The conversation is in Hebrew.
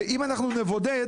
אם אנחנו נבודד